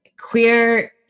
queer